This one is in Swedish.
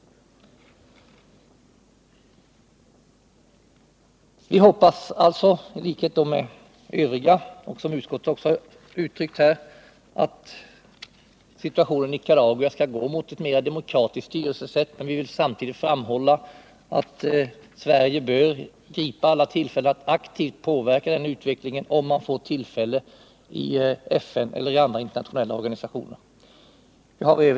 I likhet med utskottet hoppas vi att Nicaragua skall gå mot ett mera demokratiskt styrelsesätt, men vi vill samtidigt framhålla att Sverige bör gripa alla tillfällen att i FN och andra internationella organisationer aktivt påverka utvecklingen.